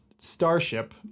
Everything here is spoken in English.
Starship